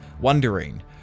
wondering